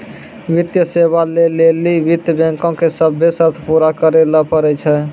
वित्तीय सेवा लै लेली वित्त बैंको के सभ्भे शर्त पूरा करै ल पड़ै छै